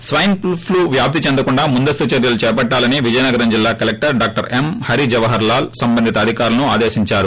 స్పెనీ flu వ్యాపించకుండా ముందస్తు చర్యలు చేపట్టాలని విజయనగరం జిల్లా collector doctor M Harijawahar Lal సంబంధింత అధికారులను ఆదేశించారు